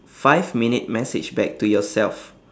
five minute message back to yourself